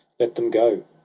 let them go!